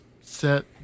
set